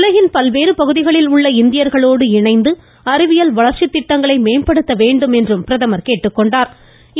உலகின் பல்வேறு பகுதிகளிலுள்ள இந்தியர்களோடு இணைந்து அறிவியல் வளர்ச்சித்திட்டங்களை மேம்படுத்த வேண்டும் என்றும் பிரதமர் கேட்டுக்கொண்டாா்